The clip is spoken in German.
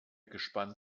gespannt